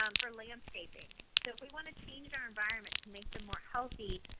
um for landscaping. so if we want to change our environment to make them more healthy,